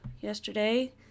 yesterday